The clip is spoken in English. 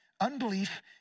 Unbelief